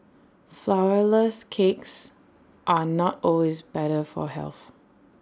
Flourless Cakes are not always better for health